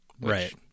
Right